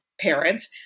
parents